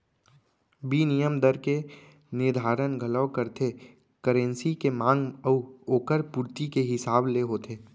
बिनिमय दर के निरधारन घलौ करथे करेंसी के मांग अउ ओकर पुरती के हिसाब ले होथे